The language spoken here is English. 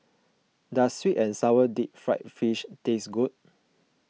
does Sweet and Sour Deep Fried Fish taste good